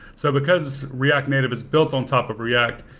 so because react native is built on top of react,